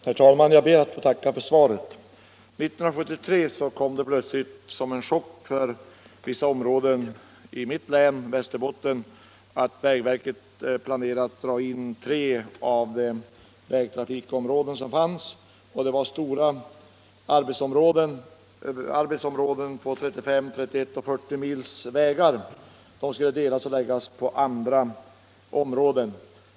Herr talman! Jag ber att få tacka för svaret. År 1973 kom plötsligt som en chock för vissa områden i mitt län —- Västerbotten - meddelandet om att vägverket planerat att dra in tre av de vägtrafikområden som fanns där. Det var stora arbetsområden, på 35, 31 och 40 mil vägar, som skulle delas upp och läggas på andra arbetsområden.